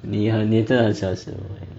你 ah 你真的很诚实